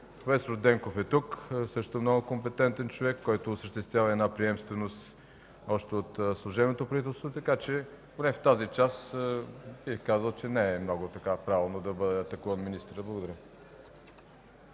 Проф. Денков е тук – също много компетентен човек, който осъществява една приемственост още от служебното правителство. Поне в тази част бих казал, че не е много правилно да бъде атакуван министърът. Благодаря.